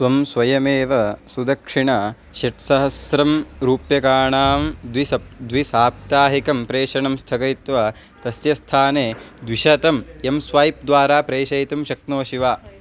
त्वं स्वयमेव सुदक्षिणा षट्सहस्रं रूप्यकाणां द्विसप्ततिः द्विसाप्ताहिकं प्रेषणं स्थगयित्वा तस्य स्थाने द्विशतम् एं स्वैप् द्वारा प्रेषयितुं शक्नोषि वा